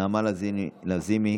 נעמה לזימי,